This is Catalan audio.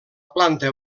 planta